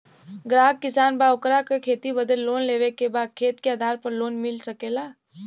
ग्राहक किसान बा ओकरा के खेती बदे लोन लेवे के बा खेत के आधार पर लोन मिल सके ला?